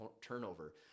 turnover